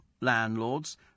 landlords